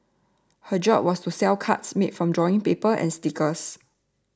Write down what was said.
her job was to sell cards made from drawing paper and stickers